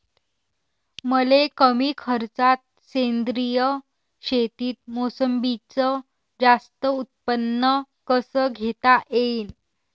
मले कमी खर्चात सेंद्रीय शेतीत मोसंबीचं जास्त उत्पन्न कस घेता येईन?